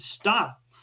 stop